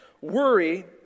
Worry